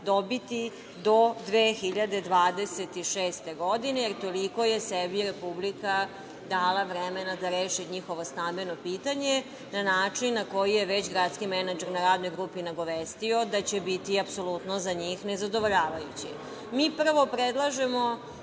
dobiti do 2026. godine, jer toliko je sebi dala Republika vremena da reši njihovo stambeno pitanje na način na koji je već gradski menadžer na radnoj grupi nagovestio, da će biti apsolutno za njih nezadovoljavajući. Mi, prvo, predlažemo